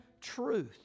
truth